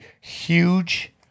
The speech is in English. huge